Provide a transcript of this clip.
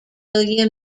william